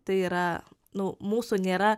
tai yra nu mūsų nėra